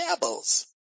devils